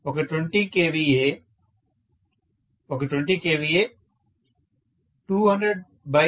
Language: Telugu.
స్టూడెంట్ ఒక 20 kVA ప్రొఫెసర్ ఒక 20 kVA